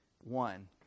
One